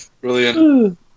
Brilliant